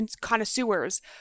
connoisseurs